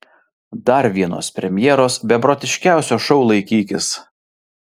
dar vienos premjeros beprotiškiausio šou laikykis